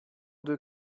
deux